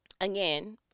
again